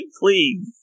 please